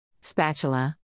spatula